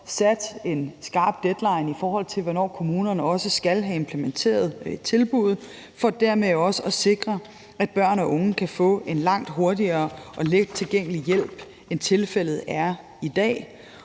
sat en skarp deadline, i forhold til hvornår kommunerne skal have implementeret tilbuddet, for dermed også at sikre, at børn og unge kan få en langt hurtigere og lettilgængelig hjælp, end tilfældet er i dag.